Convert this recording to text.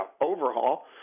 overhaul